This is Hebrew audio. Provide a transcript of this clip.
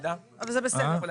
אבל זה בסדר.